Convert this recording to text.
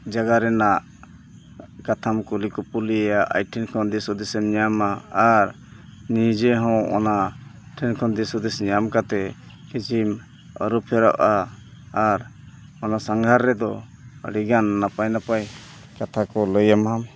ᱡᱟᱭᱜᱟ ᱨᱮᱱᱟᱜ ᱠᱟᱛᱷᱟᱢ ᱠᱩᱞᱤ ᱠᱩᱯᱩᱞᱤᱭᱟ ᱟᱡ ᱴᱷᱮᱱ ᱠᱷᱚᱱ ᱫᱤᱥ ᱦᱩᱫᱤᱥᱮᱢ ᱧᱟᱢᱟ ᱟᱨ ᱱᱤᱡᱮᱦᱚᱸ ᱚᱱᱟ ᱴᱷᱮᱱ ᱠᱷᱚᱱ ᱫᱤᱥ ᱦᱩᱫᱤᱥ ᱧᱟᱢ ᱠᱟᱛᱮᱫ ᱠᱤᱪᱷᱩᱢ ᱟᱹᱨᱩᱼᱯᱷᱮᱨᱟᱜᱼᱟ ᱟᱨ ᱚᱱᱟ ᱥᱟᱸᱜᱷᱟᱨ ᱨᱮᱫᱚ ᱟᱹᱰᱤᱜᱟᱱ ᱱᱟᱯᱟᱭ ᱱᱟᱯᱟᱭ ᱠᱟᱛᱷᱟ ᱠᱚ ᱞᱟᱹᱭᱟᱢᱟ